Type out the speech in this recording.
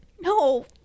No